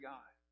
God